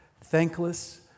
thankless